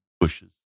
bushes